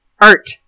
art